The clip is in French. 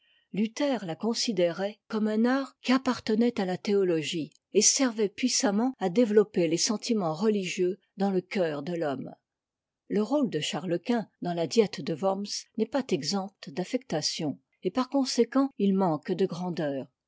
luther la considérait comme un art qui appartenait à la théologie et servait puissamment à développer les sentiments religieux dans le cœur de l'homme le rôle de charles quint dans la diète de worms n'est pas exempt d'affectation et par conséquent il manque de grandeur